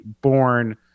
born